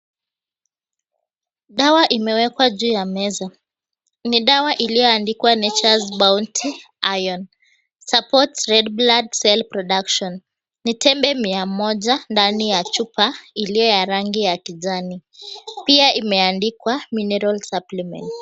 Dawa imewekwa juu ya meza ni dawa iliyoandikwa, Natures Bound Iron Support Red Blood Cell Production ni tembe mia moja ndani ya chupa iliyo ya rangi ya kijani pia imeandikwa, Mineral Supplement.